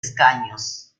escaños